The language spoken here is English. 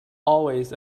always